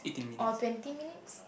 or twenty minutes